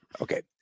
Okay